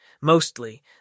Mostly